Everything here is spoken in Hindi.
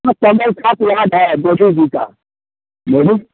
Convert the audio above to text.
कमल छाप याद है मोदी जी का मोदी